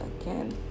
again